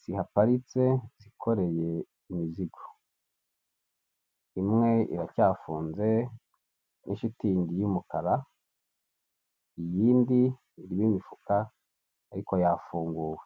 zihaparitse zikoreye imizigo, imwe iracyafunze muri shitingi y'umukara, iyindi irimo imifuka ariko yafunguwe.